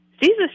Jesus